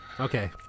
okay